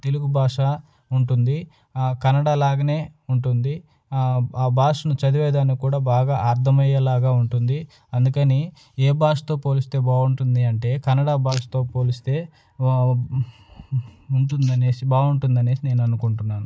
తెలుగు భాష ఉంటుంది ఆ కన్నడాలాగానే ఉంటుంది ఆ భాషను చదివేదానికి కూడా బాగా అర్థమయ్యేలాగా ఉంటుంది అందుకని ఏ భాషతో పోలిస్తే బాగుంటుంది అంటే కన్నడ భాషతో పోలిస్తే ఉంటుంది అనేసి బాగుంటుంది అనేసి నేను అనుకుంటున్నాను